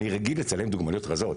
אני רגיל לצלם דוגמניות רזות.